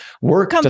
work